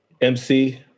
MC